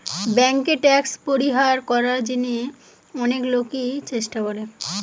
বেঙ্কে ট্যাক্স পরিহার করার জিনে অনেক লোকই চেষ্টা করে